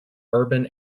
urban